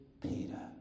peter